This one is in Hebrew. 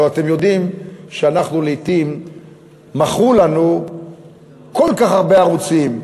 הרי אתם יודעים שלעתים מכרו לנו כל כך הרבה ערוצים,